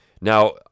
Now